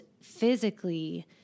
physically